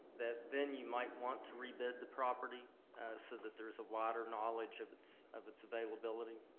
that then you might want to rebid the property so that there's a wider knowledge of its of its availability.